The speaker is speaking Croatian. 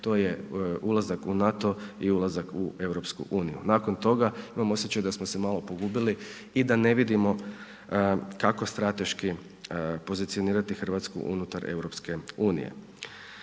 to je ulazak u NATO i ulazak u EU. Nakon toga imam osjećaj da smo se malo pogubili i da ne vidimo kako strateški pozicionirati Hrvatsku unutar EU.